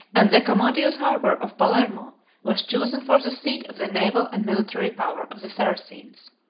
and the commodious harbor of palermo was chosen for the seat of the naval and military power of the saracens.